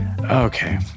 Okay